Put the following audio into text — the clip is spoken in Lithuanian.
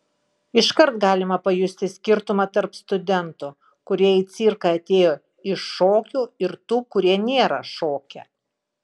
iškart galima pajusti skirtumą tarp studentų kurie į cirką atėjo iš šokio ir tų kurie nėra šokę